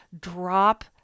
Drop